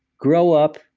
grow up.